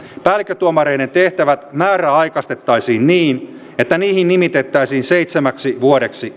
päällikkötuomareiden tehtävät määräaikaistettaisiin niin että niihin nimitettäisiin seitsemäksi vuodeksi